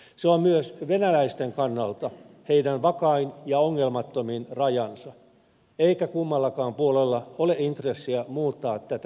se on myös venäläisten kannalta heidän vakain ja ongelmattomin rajansa eikä kummallakaan puolella ole intressiä muuttaa tätä tilannetta